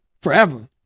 forever